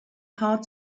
hard